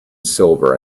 silver